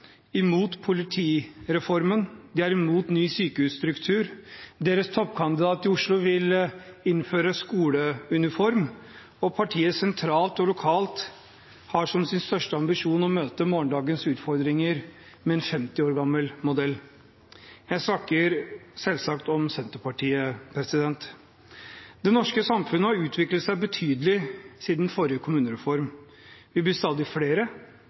imot kommunereformen, imot politireformen, imot ny sykehusstruktur, deres toppkandidat i Oslo vil innføre skoleuniform, og partiet sentralt og lokalt har som sin største ambisjon å møte morgendagens utfordringer med en 50 år gammel modell. Jeg snakker selvsagt om Senterpartiet. Det norske samfunnet har utviklet seg betydelig siden forrige kommunereform. Vi blir stadig flere,